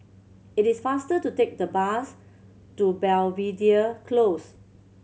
it is faster to take the bus to Belvedere Close